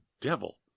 devil